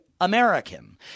American